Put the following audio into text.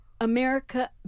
America